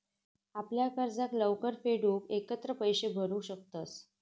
आपल्या कर्जाक लवकर फेडूक एकत्र पैशे भरू शकतंस